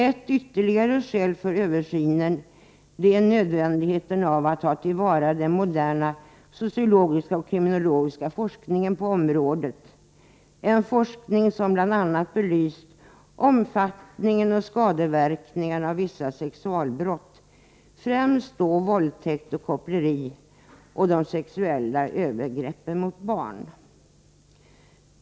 Ett ytterligare skäl för översynen är nödvändigheten av att ta till vara den moderna sociologiska och kriminologiska forskningen på området, en forskning som bl.a. belyst omfattningen och skadeverkningarna av vissa sexualbrott, främst då våldtäkt och koppleri samt sexuella övergrepp mot barn.